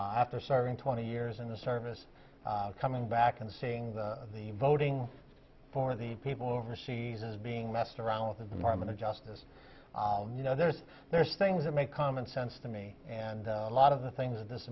after serving twenty years in the service coming back and seeing the voting for the people overseas is being messed around with them are going to justice you know there's there's things that make common sense to me and a lot of the things that this